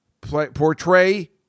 portray